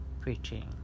preaching